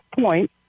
point